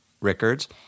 Rickards